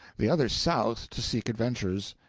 the other south, to seek adventures,